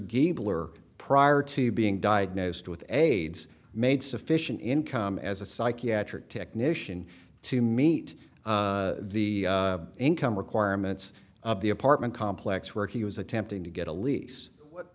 gabler prior to being diagnosed with aids made sufficient income as a psychiatric technician to meet the income requirements of the apartment complex where he was attempting to get a lease what